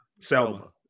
Selma